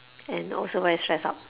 and also very stressed out